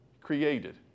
created